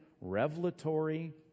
revelatory